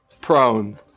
Prone